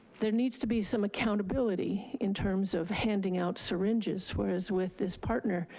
there needs to be some accountability in terms of handing out syringes. whereas with this partner,